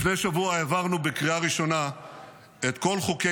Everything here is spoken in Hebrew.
לפני שבוע העברנו בקריאה ראשונה את כל חוקי